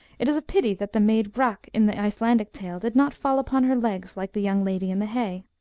it is a pity that the maid brak in the icelandic tale did not fall upon her legs like the young lady in the hay.